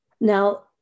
Now